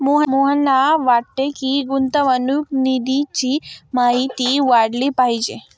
मोहनला वाटते की, गुंतवणूक निधीची माहिती वाढवली पाहिजे